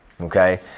Okay